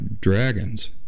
dragons